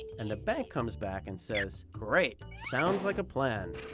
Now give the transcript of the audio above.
and the bank comes back and says, great! sounds like a plan.